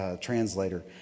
translator